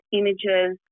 images